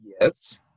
yes